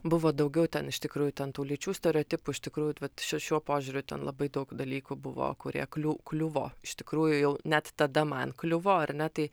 buvo daugiau ten iš tikrųjų ten tų lyčių stereotipų iš tikrųjų t vat šiuo šiuo požiūriu ten labai daug dalykų buvo kurie kliū kliuvo iš tikrųjų jau net tada man kliuvo ar ne tai